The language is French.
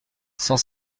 cent